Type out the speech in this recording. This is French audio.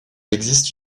existe